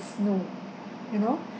snow you know